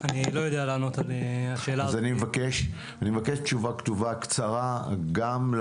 אני מבין שמדברים כרגע על דחייה בתחום הזה, נכון?